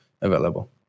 available